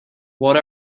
what